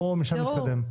בואו נתקדם משם.